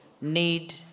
need